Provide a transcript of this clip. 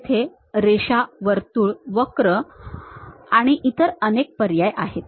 येथे रेषा वर्तुळ वक्र आणि इतर अनेक पर्याय आहेत